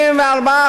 מה זה אחדות?